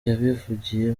yabivugiye